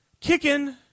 Kicking